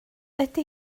ydy